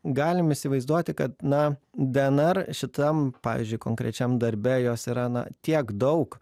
galim įsivaizduoti kad na dnr šitam pavyzdžiui konkrečiam darbe jos yra na tiek daug